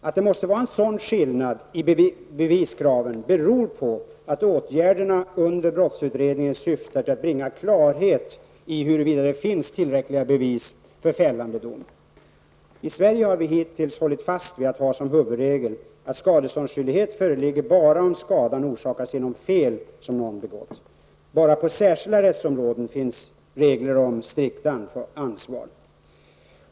Att det finns en sådan skillnad i beviskraven beror på att åtgärderna under brottsutredningen syftar till att bringa klarhet i huruvida det finns tillräckliga bevis för fällande dom. I Sverige har vi hittills hållit fast vid huvudregeln att skadeståndsskyldighet bara föreligger om skadan orsakas genom fel som begåtts. Bara på särskilda rättsområden finns regler om strikt ansvar.